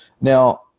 Now